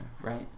right